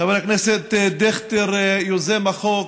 חבר הכנסת דיכטר יוזם החוק,